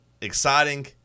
exciting